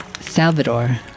Salvador